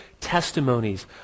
testimonies